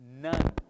None